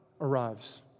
arrives